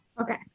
Okay